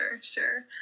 Sure